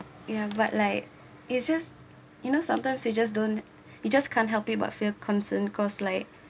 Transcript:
ya but like it's just you know sometimes you just don't you just can't help it but feel concern cause like